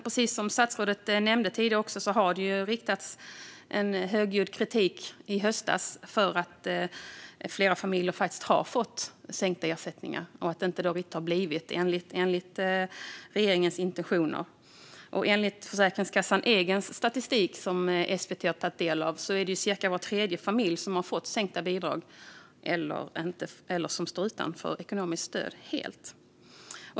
Precis som statsrådet nämnde tidigare riktades det i höstas högljudd kritik mot att flera familjer faktiskt har fått sänkta ersättningar och att det inte har blivit enligt regeringens intentioner. Enligt Försäkringskassans egen statistik som SVT har tagit del av har cirka var tredje familj fått sänkta bidrag eller står helt utan ekonomiskt stöd.